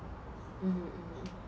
mmhmm